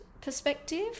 perspective